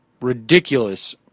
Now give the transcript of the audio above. ridiculous